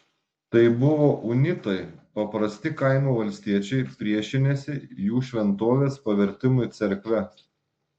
tai buvo unitai paprasti kaimo valstiečiai priešinęsi jų šventovės pavertimui cerkve